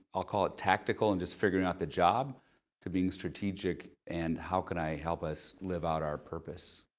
i'll call it tactical, in just figuring out the job to being strategic, and how can i help us live out our purpose?